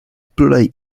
pluraj